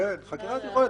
כן, חקירת יכולת.